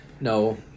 No